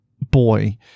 boy